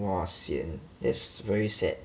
!wah! sian that's very sad